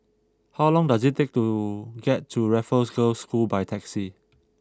how long does it take to get to Raffles Girls' School by taxi